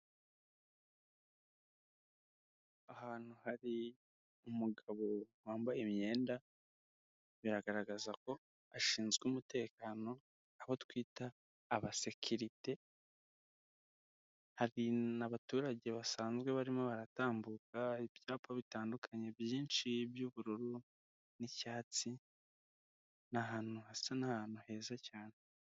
Ahantu hari umugabo wambaye imyenda, biragaragaza ko ashinzwe umutekano, abo twita abasekirite hari n'abaturage basanzwe barimo baratambuka, ibyapa bitandukanye byinshi by'ubururu n'icyatsi, ni ahantu hasa n'ahantu heza cyane.